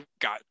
got